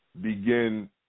begin